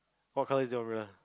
what colour is your rail